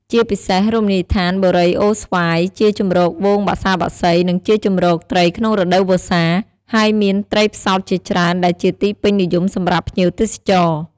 ជាពិសេសរមណីដ្ឋានបូរីអូរស្វាយ ជាជម្រកហ្វូងបក្សាបក្សី និង ជាជម្រកត្រីក្នុងរដូវវស្សា ហើយមានត្រីផ្សោតជាច្រើន ដែលជាទីពេញនិយមសម្រាប់ភ្ញៀវទេសចរ។